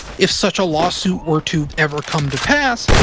if such a lawsuit were to ever come to pass,